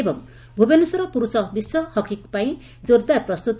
ଏବଂ ଭୁବନେଶ୍ୱର ପୁରୁଷ ବିଶ୍ୱକପ୍ ହକି ପାଇଁ ଜୋର୍ଦାର ପ୍ରସ୍ତୁତି